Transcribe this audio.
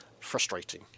frustrating